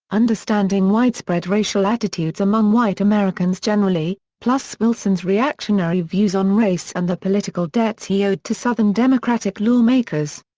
understanding widespread racial attitudes among white americans generally, plus wilson's reactionary views on race and the political debts he owed to southern democratic law makers.